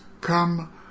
come